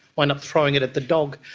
wound up throwing it at the dog,